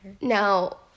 Now